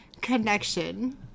connection